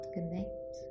connect